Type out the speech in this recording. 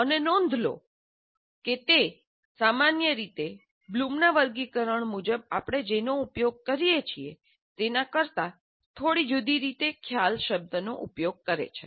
અને નોંધ લો કે તે સામાન્ય રીતે બ્લૂમનાં વર્ગીકરણ મુજબ આપણે જેનો ઉપયોગ કરીએ છીએ તેના કરતા થોડી જુદી રીતે ખ્યાલ શબ્દનો ઉપયોગ કરે છે